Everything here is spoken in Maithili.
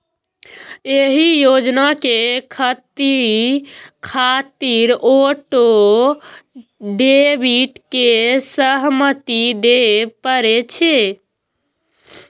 एहि योजना कें खरीदै खातिर ऑटो डेबिट के सहमति देबय पड़ै छै